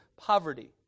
Poverty